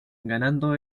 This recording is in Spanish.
ganando